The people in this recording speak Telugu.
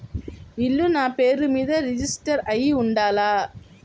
ఇల్లు నాపేరు మీదే రిజిస్టర్ అయ్యి ఉండాల?